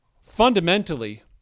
fundamentally